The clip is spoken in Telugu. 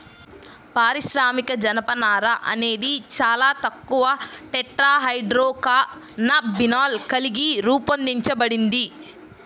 పారిశ్రామిక జనపనార అనేది చాలా తక్కువ టెట్రాహైడ్రోకాన్నబినాల్ కలిగి రూపొందించబడింది